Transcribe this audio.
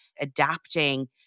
adapting